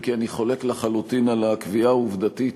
אם כי אני חולק לחלוטין על הקביעה העובדתית,